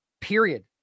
Period